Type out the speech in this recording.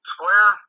Square